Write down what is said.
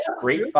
Great